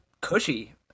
cushy